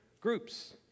groups